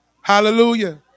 hallelujah